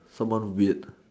someone weird